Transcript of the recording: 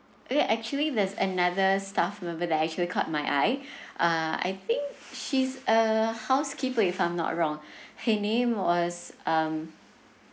okay actually there's another staff member that actually caught my eye uh I think she's a housekeeper if I'm not wrong her name was um